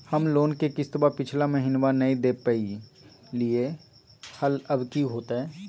हम लोन के किस्तवा पिछला महिनवा नई दे दे पई लिए लिए हल, अब की होतई?